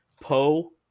Poe